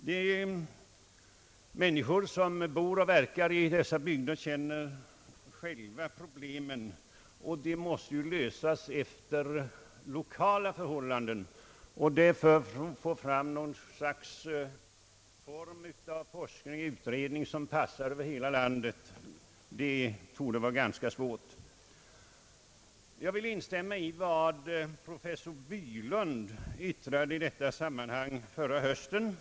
De människor som bor och verkar i dessa bygder känner själva problemen, vilka måste lösas efter lokala förhållanden. Att få fram forskningsresultat som passar hela landet torde därför vara ganska svårt. Jag vill instämma i vad professor Bylund yttrade i detta sammanhang förra hösten.